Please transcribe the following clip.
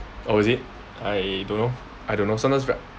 oh is it I don't know I don't know sometimes right